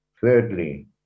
Thirdly